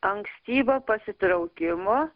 ankstyvą pasitraukimo